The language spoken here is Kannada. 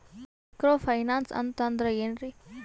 ಮೈಕ್ರೋ ಫೈನಾನ್ಸ್ ಅಂತಂದ್ರ ಏನ್ರೀ?